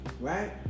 right